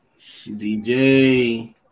DJ